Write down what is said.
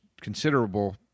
considerable